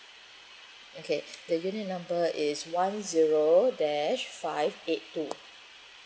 okay the unit number is one zero dash five eight two